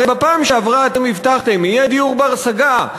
הרי בפעם שעברה אתם הבטחתם: יהיה דיור בר-השגה,